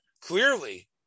clearly